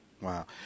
Wow